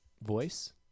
Voice